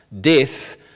Death